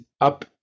up